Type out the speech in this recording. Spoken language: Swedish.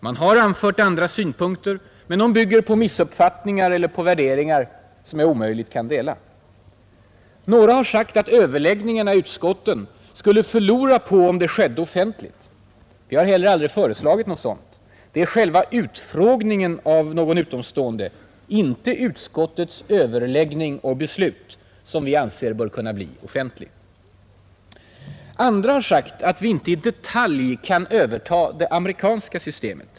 Man har anfört andra synpunkter, men de bygger på missuppfattningar eller på värderingar som jag omöjligt kan dela. Några har sagt att överläggningarna i utskotten skulle förlora på om de skedde offentligt. Vi har heller aldrig föreslagit något sådant. Det är själva utfrågningen av någon utomstående, inte utskottets överläggning och beslut, som vi anser bör kunna bli offentlig. Andra har sagt att vi inte i detalj kan överta det amerikanska systemet.